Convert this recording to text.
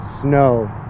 snow